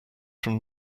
from